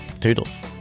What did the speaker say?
Toodles